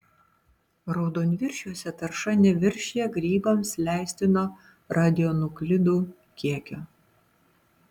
raudonviršiuose tarša neviršija grybams leistino radionuklidų kiekio